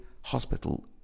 hospital